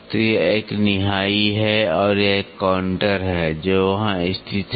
तो यह एक निहाई है और यह एक काउंटर है जो वहां स्थित है